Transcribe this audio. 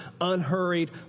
unhurried